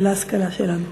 זה להשכלה שלנו.